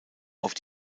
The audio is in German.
auf